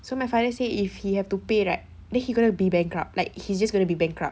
so my father say if he have to pay right then he gonna be bankrupt like he's just gonna be bankrupt